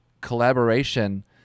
collaboration